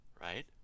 right